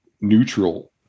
neutral